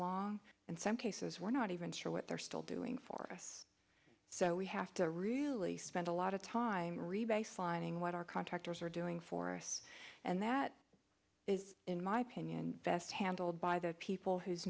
long in some cases we're not even sure what they're still doing for us so we have to really spend a lot of time re baselining what our contractors are doing for us and that is in my opinion best handled by the people who